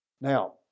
Now